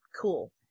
cool